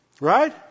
Right